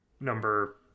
number